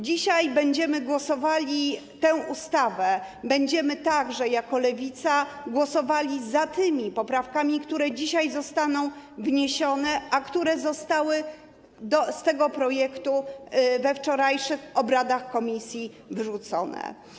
Dzisiaj będziemy głosowali nad tym projektem ustawy, będziemy także jako Lewica głosowali za tymi poprawkami, które dzisiaj zostaną wniesione, a które zostały z tego projektu we wczorajszych obradach komisji wyrzucone.